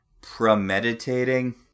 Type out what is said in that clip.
premeditating